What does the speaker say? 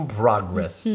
progress